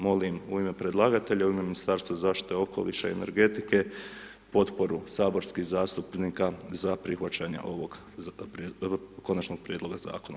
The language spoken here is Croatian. Molim u ime predlagatelja, u ime Ministarstva zaštite okoliša i energetike, potporu saborskih zastupnika za prihvaćanje ovog Konačnog prijedloga Zakona.